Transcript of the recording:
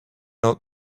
old